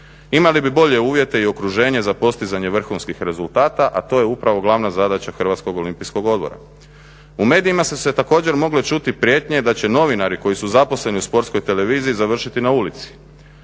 Imali bi bolje uvjete i okruženje za postizanje vrhunskih rezultata a to je upravo glavna zadaća Hrvatskog olimpijskog odbora. U medijima su se također mogle čuti prijetnje da će novinari koji su zaposleni u Sportskoj televiziji navršiti na ulici,